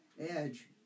edge